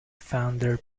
founder